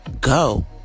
go